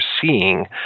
seeing